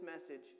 message